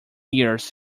years